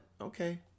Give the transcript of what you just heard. okay